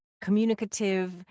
communicative